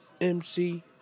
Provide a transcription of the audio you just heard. MC